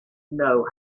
know